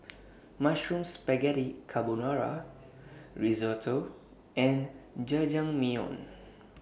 Mushroom Spaghetti Carbonara Risotto and Jajangmyeon